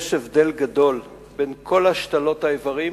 יש הבדל גדול בין כל השתלות האיברים